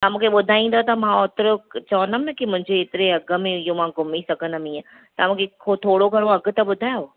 तव्हां मूंखे ॿुधाईंदा त मां ओतिरो चवंदमि न मुंहिंजे हेतिरे अघ में इहो मां घुमी सघंदमि ईअं तव्हां मूंखे पोइ थोरो घणो अघु त ॿुधायो